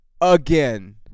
Again